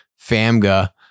FAMGA